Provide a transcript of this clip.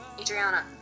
Adriana